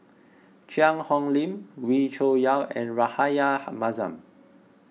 Cheang Hong Lim Wee Cho Yaw and Rahayu Mahzam